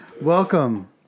Welcome